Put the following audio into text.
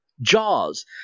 Jaws